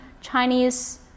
Chinese